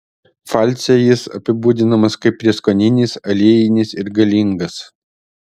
pfalce jis apibūdinamas kaip prieskoninis aliejinis ir galingas